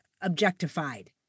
objectified